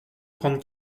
trente